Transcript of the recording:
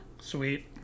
Sweet